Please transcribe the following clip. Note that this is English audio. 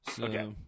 Okay